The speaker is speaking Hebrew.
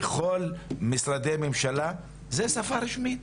בכל משרדי הממשלה זו שפה רשמית.